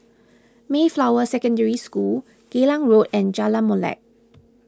Mayflower Secondary School Geylang Road and Jalan Molek